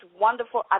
wonderful